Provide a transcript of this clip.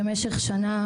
ט': במשך שנה,